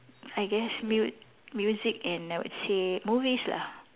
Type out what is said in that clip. I guess mute music and I would say movies lah